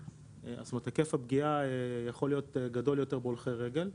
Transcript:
והיקף הפגיעה יכול להיות גדול יותר בהולכי רגל,